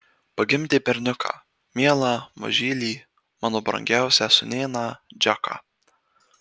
pagimdė berniuką mielą mažylį mano brangiausią sūnėną džeką